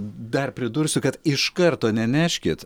dar pridursiu kad iš karto neneškit